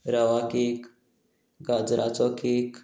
रवा cake गाजराचो cake